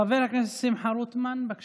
חבר הכנסת שמחה רוטמן, בבקשה.